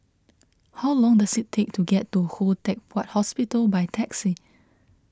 how long does it take to get to Khoo Teck Puat Hospital by taxi